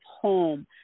home